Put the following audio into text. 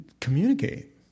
communicate